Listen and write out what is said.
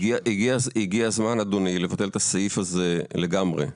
הגיע הזמן, אדוני, לבטל את הסעיף הזה לגמרי.